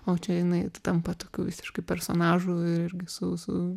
o čia jinai t tampa tokiu visiškai personažu irgi su su